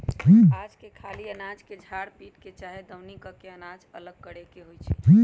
अनाज के खाली अनाज के झार पीट के चाहे दउनी क के अनाज अलग करे के होइ छइ